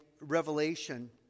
Revelation